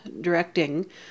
directing